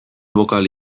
bokal